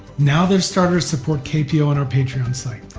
now they've started to support kpo on our patreon site.